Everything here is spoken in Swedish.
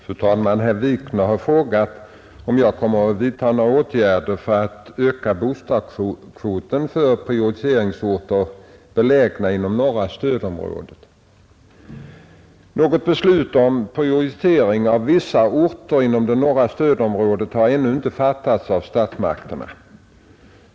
Fru talman! Herr Wikner har frågat om jag kommer att vidtaga några åtgärder för att öka bostadskvoten för prioriteringsorter belägna inom norra stödområdet. Något beslut om prioritering av vissa orter inom det norra stödområdet har ännu inte fattats av statsmakterna.